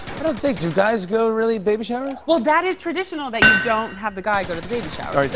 i don't think do guys go, really, to baby showers? well, that is traditional that you don't have the guy go to the baby shower.